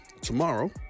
Tomorrow